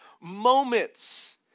moments